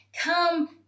Come